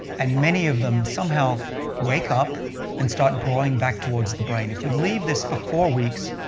and many of them somehow wake up and start growing back towards the brain. if we leave this for four weeks,